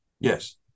Yes